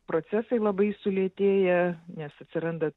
procesai labai sulėtėja nes atsiranda